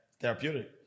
Therapeutic